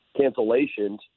cancellations